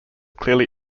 clearly